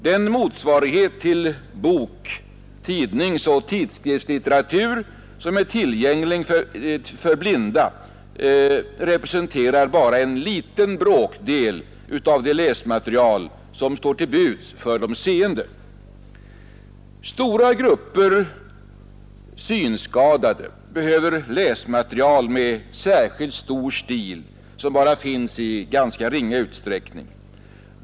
Den motsvarighet till bok-, tidningsoch tidskriftslitteratur som är tillgänglig för blinda representerar bara en liten bråkdel av det läsmaterial som står till buds för de seende. Stora grupper synskadade behöver läsmaterial med särskilt stor stil som bara finns i ganska ringa utsträckning.